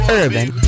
urban